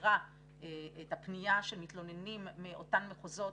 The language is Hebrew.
מגדירה את הפנייה של מתלוננים מאותם מחוזות